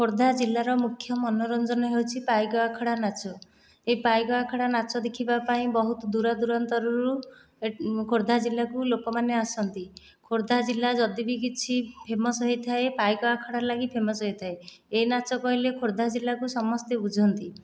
ଖୋର୍ଦ୍ଧା ଜିଲ୍ଲାର ମୁଖ୍ୟ ମନୋରଞ୍ଜନ ହେଉଛି ପାଇକ ଆଖଡ଼ା ନାଚ ଏ ପାଇକ ଆଖଡ଼ା ନାଚ ଦେଖିବା ପାଇଁ ବହୁତ ଦୂରଦୁରାନ୍ତରୁ ଖୋର୍ଦ୍ଧା ଜିଲ୍ଲାକୁ ଲୋକମାନେ ଆସନ୍ତି ଖୋର୍ଦ୍ଧା ଜିଲ୍ଲା ଯଦିବି କିଛି ଫେମସ୍ ହୋଇଥାଏ ପାଇକ ଆଖଡ଼ା ଲାଗି ଫେମସ୍ ହୋଇଥାଏ ଏ ନାଚ କହିଲେ ଖୋର୍ଦ୍ଧା ଜିଲ୍ଲାକୁ ସମସ୍ତେ ବୁଝନ୍ତି